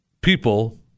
people